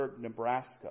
Nebraska